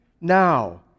Now